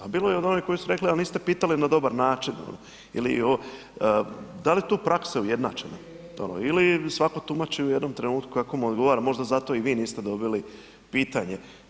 Ali bilo je onih koji su rekli ali niste pitali na dobar način ili, da li je tu praksa ujednačena ili svatko tumači u jednom trenutku kako mu odgovara, možda zato i vi niste dobili pitanje.